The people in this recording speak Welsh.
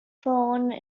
ffôn